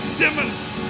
demonstrate